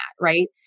right